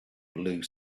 blue